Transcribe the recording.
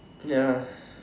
ya